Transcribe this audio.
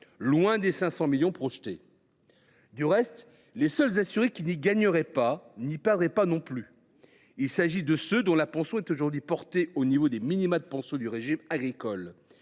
loin des 500 millions d’euros projetés. Au reste, les seuls assurés qui n’y gagneraient pas n’y perdraient pas non plus. Il s’agit de ceux dont la pension est portée, aujourd’hui, au niveau des minima du régime agricole